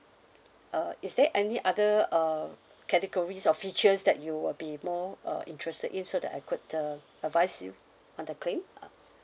uh is there any other um categories or features that you will be more uh interested in so that I could uh advise you on the claim